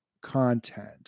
Content